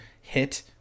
hit